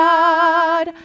God